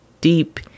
deep